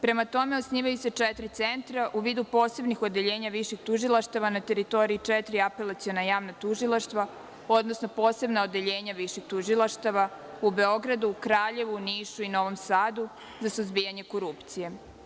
Prema tome, osnivaju se četiri centra u vidu posebnih odeljenja viših tužilaštava na teritoriji četiri apelaciona javna tužilaštva, odnosno posebna odeljenja viših tužilaštava u Beogradu, Kraljevu, Nišu i Novom Sadu za suzbijanje korupcije.